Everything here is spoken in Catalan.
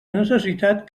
necessitat